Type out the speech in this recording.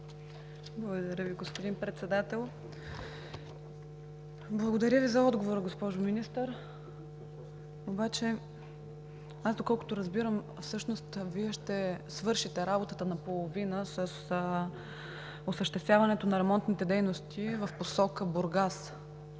Благодаря Ви, господин Председател. Благодаря Ви за отговора, госпожо Министър. Обаче, доколкото разбирам, всъщност Вие ще свършите работата наполовина с осъществяването на ремонтните дейности в посока Бургас,